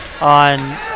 on